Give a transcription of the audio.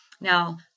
Now